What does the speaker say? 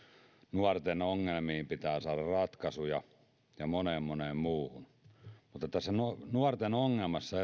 nuorten ongelmiin pitää saada ratkaisuja ja moneen moneen muuhun mutta tässä nuorten ongelmassa